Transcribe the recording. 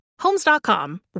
Homes.com